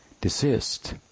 desist